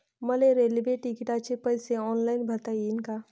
मले रेल्वे तिकिटाचे पैसे ऑनलाईन भरता येईन का?